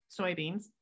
soybeans